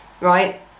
right